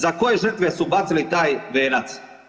Za koje žrtve su bacili taj venac?